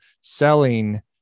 selling